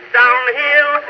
downhill